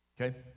Okay